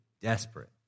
desperate